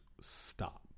stop